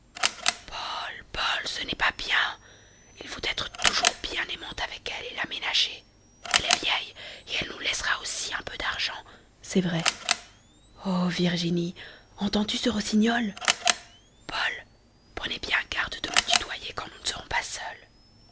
ce n'est pas bien il faut être toujours bien aimant avec elle et la ménager elle est vieille et elle nous laissera aussi un peu d'argent c'est vrai oh virginie entends-tu ce rossignol paul prenez bien garde de me tutoyer quand nous ne serons pas seuls